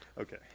Okay